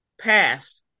passed